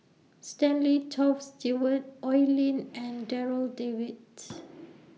Stanley Toft Stewart Oi Lin and Darryl David's